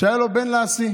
שהיה לו בן להשיא.